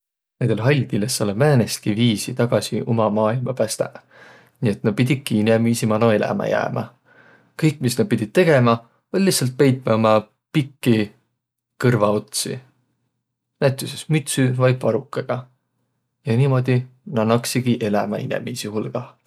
Naidõl haldjil es olõq määnestki viisi tagasi uma maailma pästäq, nii et nä pidiki inemiisi mano elämä jäämä. Kõik, mis nä pidiq tegemä, oll' lihtsält peitmä ummi pikki kõrvaotsi näütüse mütsü vai parukaga. Ja niimoodi nä naksigi elämä inemiisi hulgah.